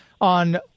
On